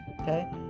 okay